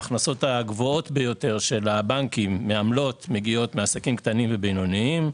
ההכנסות הגבוהות ביותר של הבנקים מעמלות מגיעות מעסקים קטנים ובינוניים.